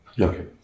Okay